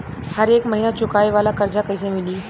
हरेक महिना चुकावे वाला कर्जा कैसे मिली?